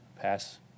pass